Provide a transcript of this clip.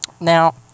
Now